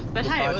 but hey, it was